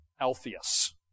Alpheus